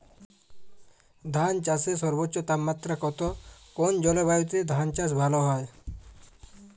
ধান চাষে সর্বোচ্চ তাপমাত্রা কত কোন জলবায়ুতে ধান চাষ ভালো হয়?